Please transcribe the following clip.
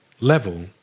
level